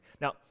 Now